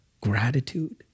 Gratitude